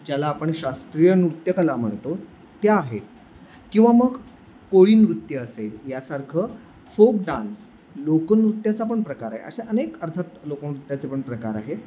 ज्याला आपण शास्त्रीय नृत्यकला म्हणतो त्या आहेत किंवा मग कोळी नृत्य असेल यासारखं फोक डान्स लोकनृत्याचा पण प्रकार आहे अशा अनेक अर्थात लोकनृत्याचे पण प्रकार आहे